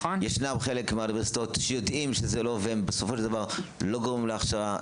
חלק מהאוניברסיטאות יודעות שזה לא עובד ובסופו של דבר לא גורמים להכשרה.